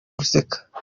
guseka